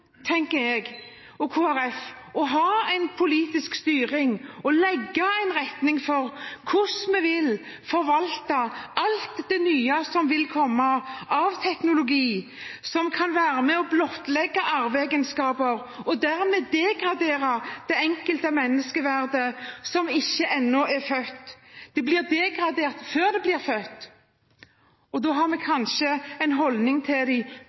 tenker jeg, og for Kristelig Folkeparti, å ha en politisk styring og legge en retning for hvordan vi vil forvalte alt det nye som vil komme av teknologi, som kan være med på å blottlegge arveegenskaper og dermed degradere det enkelte mennesket som ikke ennå er født. Dets menneskeverd blir degradert før det blir født. Da har vi kanskje en holdning til